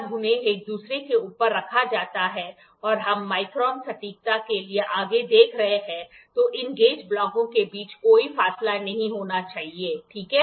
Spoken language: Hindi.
जब उन्हें एक दूसरे के ऊपर रखा जाता है और हम माइक्रोन सटीकता के लिए आगे देख रहे हैं तो इन गेज ब्लॉकों के बीच कोई फ़ासला नहीं होना चाहिए ठीक है